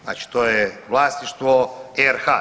Znači to je vlasništvo RH.